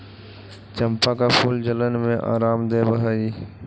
चंपा का फूल जलन में आराम देवअ हई